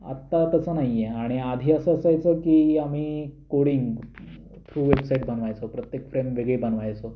आत्ता तसं नाहीये आणि आधी असं असायचं की आम्ही कोडिंग थ्रू वेबसाईट बनवायचो प्रत्येक फ्रेम वेगळी बनवायचो